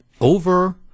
over